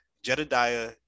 Jedediah